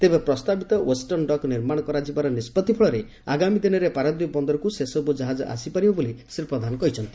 ତେବେ ପ୍ରସ୍ତାବିତ୍ ଓ୍ପେଷନ୍ ଡକ୍ ନିର୍ମାଣ କରାଯିବାର ନିଷ୍ପଭି ଫଳରେ ଆଗାମୀ ଦିନରେ ପାରାଦୀପ ବନ୍ଦରକୁ ସେସବୁ ଜାହାଜ ଆସିପାରିବ ବୋଲି ଶ୍ରୀ ପ୍ରଧାନ କହିଛନ୍ତି